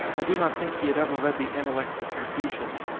i do not think he had ever read the analects of con fucius.